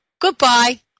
Goodbye